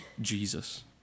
Jesus